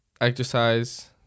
exercise